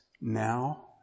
now